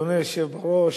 אדוני היושב-ראש,